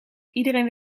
iedereen